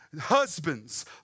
husbands